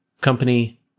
Company